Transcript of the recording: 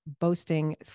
boasting